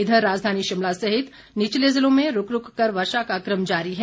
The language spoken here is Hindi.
इधर राजधानी शिमला सहित निचले ज़िलों में रूक रूक कर वर्षा का क्रम जारी है